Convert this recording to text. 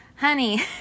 honey